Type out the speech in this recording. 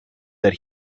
that